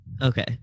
Okay